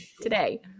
today